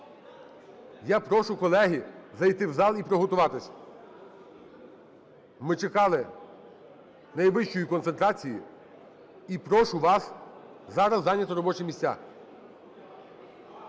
Я прошу, колеги, зайти в зал і приготуватися. Ми чекали найвищої концентрації і прошу вас зараз зайняти робочі місця.